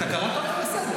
אתה קראת אותו לסדר.